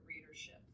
readership